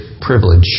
privilege